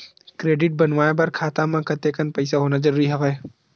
Credit बनवाय बर खाता म कतेकन पईसा होना जरूरी हवय?